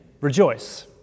rejoice